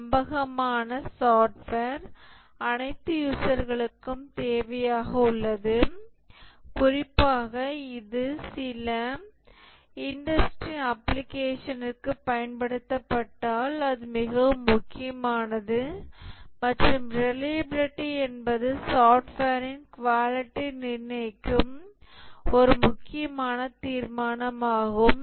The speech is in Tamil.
நம்பகமான சாஃப்ட்வேர் அனைத்து யூசர்களுக்கும் தேவையாக உள்ளது குறிப்பாக இது சில இண்டஸ்ட்ரி அப்ளிகேஷனிற்கு பயன்படுத்தப்பட்டால் அது மிகவும் முக்கியமானது மற்றும் ரிலையபிலிடி என்பது சாஃப்ட்வேரின் குவாலிட்டி நிர்ணயிக்கும் ஒரு முக்கியமான தீர்மானம் ஆகும்